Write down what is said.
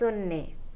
ಸೊನ್ನೆ